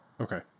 Okay